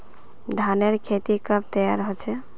धानेर खेती कब तैयार होचे?